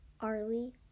Arlie